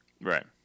Right